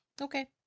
okay